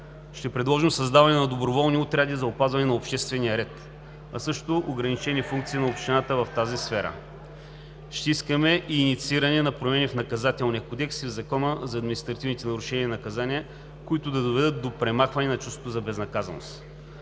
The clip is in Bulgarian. Ще предложим създаването на доброволни отряди за опазване на обществения ред, а също ограничени функции на общината в тази сфера. Ще искаме и иницииране на промени в Наказателния кодекс и в Закона за административните нарушения и наказания, които да доведат до премахване на чувството за безнаказаност.